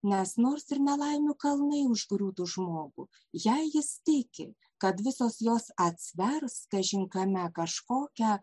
nes nors ir nelaimių kalnai užgriūtų žmogų jei jis tiki kad visos jos atsvers kažin kame kažkokią